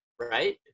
Right